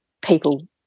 people